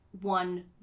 one